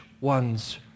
one's